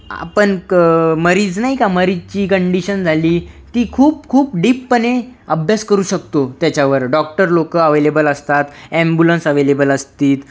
आपण क मरीज नाही का मरीजची कंडिशन झाली की खूप खूप डीपपणे अभ्यास करू शकतो त्याच्यावर डॉक्टरलोक अव्हेलेबल असतात ऍम्ब्युलन्स अव्हेलेबल असतात